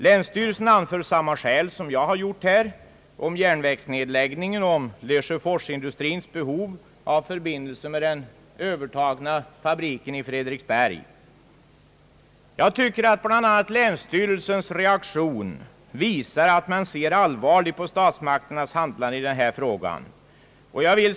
Länsstyrelsen anför samma skäl som jag har gjort här om järnvägsnedläggningen och om lesjöforsindustrins behov av förbindelse med den övertagna fabriken i Fredriksberg. Bland annat länsstyrelsens reaktion visar att man ser allvarligt på statsmakternas handlande i denna fråga.